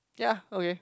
ya okay